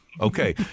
Okay